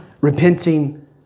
Repenting